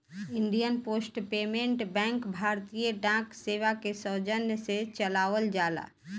Indian Post Payment Bank भारतीय डाक सेवा के सौजन्य से चलावल जाला